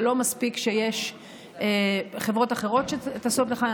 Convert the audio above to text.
זה לא מספיק שיש חברות אחרות שטסות לכאן.